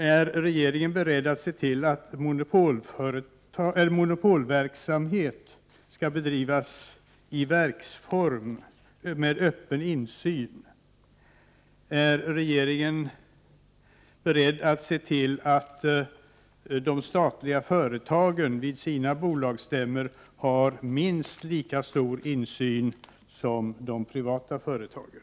Är regeringen beredd att se till att monopolverksamhet skall bedrivas i verksform med öppen insyn? Är regeringen beredd att se till att de statliga företagen vid sina bolagsstämmor medger minst lika stor insyn som de privata företagen?